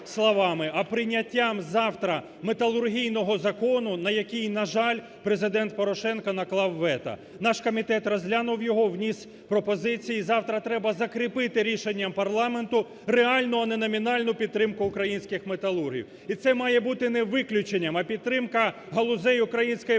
а прийняттям завтра металургійного закону, на який, на жаль, Президент Порошенко наклав вето. Наш комітет розглянув його, вніс пропозиції і завтра треба закріпити рішенням парламенту реальну, а не номінальну підтримку українських металургів. І це має бути не виключенням, а підтримка галузей української промисловості